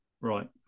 right